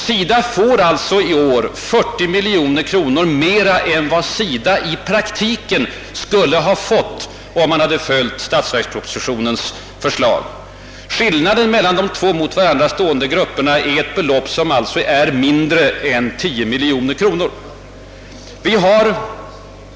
SIDA får sålunda 40 miljoner mer än vad organisationen i praktiken skulle ha fått, om vi hade följt statsverkspropositionens förslag. Skillnaden mellan de två mot varandra stående grupperna är alltså mindre än 10 miljoner kronor.